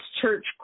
church